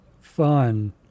fun